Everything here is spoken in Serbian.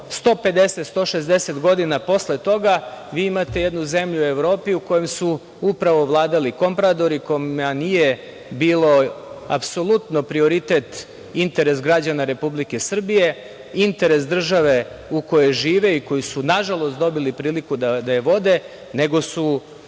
150, 160 godina posle toga vi imate jednu zemlju u Evropi kojom su upravo vladali kompradori kojima nije bilo apsolutno prioritet interes građana Republike Srbije, interes države u kojoj žive i koju su, nažalost, dobili priliku da vode, nego su